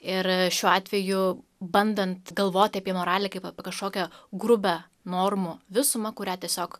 ir šiuo atveju bandant galvoti apie moralę kaip apie kažkokią grubią normų visumą kurią tiesiog